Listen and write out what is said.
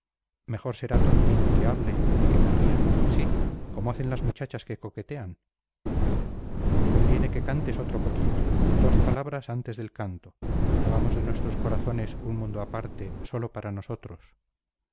mejor será tontín que hable y que me ría sí como hacen las muchachas que coquetean conviene que cantes otro poquito dos palabras antes del canto hagamos de nuestros corazones un mundo aparte sólo para nosotros